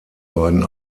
beiden